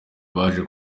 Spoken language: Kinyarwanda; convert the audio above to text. baje